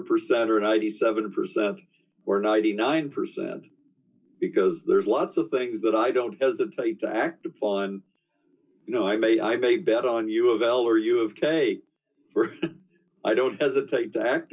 percent or ninety seven percent or ninety nine percent because there's lots of things that i don't hesitate to act upon you know i may i big bet on you of l or u of k for i don't hesitate to act